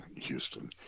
Houston